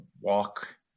walk